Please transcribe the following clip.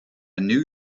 new